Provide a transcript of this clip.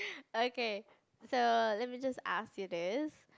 okay so let me just ask you this